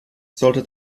sollte